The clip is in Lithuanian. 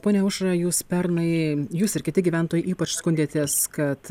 ponia aušra jūs pernai jūs ir kiti gyventojai ypač skundėtės kad